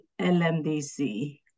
LMDC